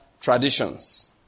traditions